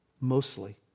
mostly